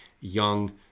young